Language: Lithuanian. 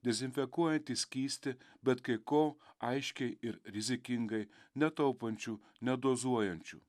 dezinfekuojantį skystį bet kai kol aiškiai ir rizikingai netaupančių nedozuojančių